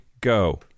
go